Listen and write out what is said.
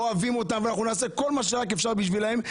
אוהבים אותם ונעשה כול מה שאפשר בשבילם.